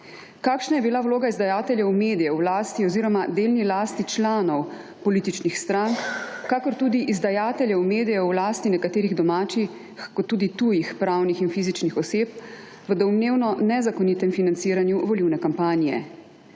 Kakšna je bila vloga izdajateljev medijev v lasti oziroma delni lasti članov političnih strank kakor tudi izdajateljev medijev v lasti nekaterih domačih kot tudi tujih pravnih in fizičnih oseb v domnevno nezakonitem financiranju volilne kampanje.